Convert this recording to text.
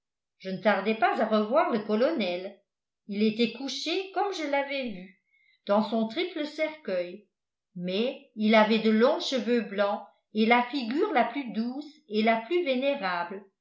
je ne tardai pas à revoir le colonel il était couché comme je l'avais vu dans son triple cercueil mais il avait de longs cheveux blancs et la figure la plus douce et la plus vénérable